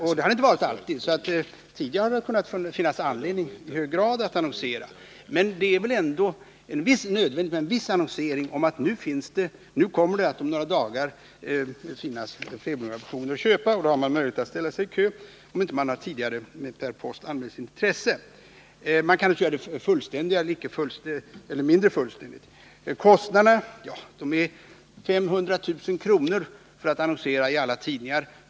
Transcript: Så har det inte alltid varit. Tidigare har det i hög grad funnits anledning att annonsera om dem. Det är det inte längre i samma grad, men det är väl ändå nödvändigt med en viss annonsering — att nu kommer det om några dagar att finnas nya premieobligationer att köpa, och man har då möjlighet att ställa sig i kö, om man inte redan tidigare per post anmält sitt intresse. Denna annonsering kan naturligtvis göras fullständigt eller mindre fullständigt. Kostnaderna för att annonsera i alla tidningar är 500 000 kr.